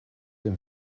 dem